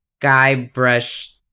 Guybrush